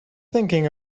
thinking